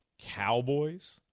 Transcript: Cowboys